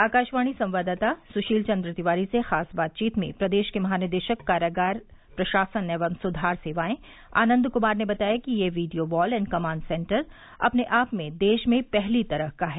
आकाशवाणी संवाददाता सुशील चन्द्र तिवारी से खास बातचीत में प्रदेश के महानिदेशक कारागार प्रशासन एवं सुधार सेवाएं आनन्द कुमार ने बताया कि यह video wall and command centre अपने आप में देश में पहली तरह का है